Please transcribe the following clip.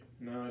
No